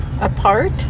apart